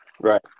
Right